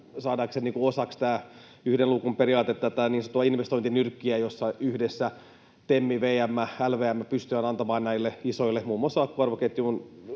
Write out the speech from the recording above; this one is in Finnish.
saadaanko se osaksi tätä yhden luukun periaatetta, tätä niin sanottua investointinyrkkiä, jossa yhdessä TEM, VM ja LVM pystyvät antamaan näille isoille muun muassa arvoketjun